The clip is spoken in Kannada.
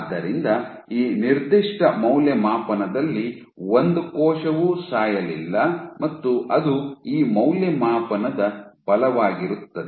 ಆದ್ದರಿಂದ ಈ ನಿರ್ದಿಷ್ಟ ಮೌಲ್ಯಮಾಪನದಲ್ಲಿ ಒಂದು ಕೋಶವೂ ಸಾಯಲಿಲ್ಲ ಮತ್ತು ಅದು ಈ ಮೌಲ್ಯಮಾಪನದ ಬಲವಾಗಿರುತ್ತದೆ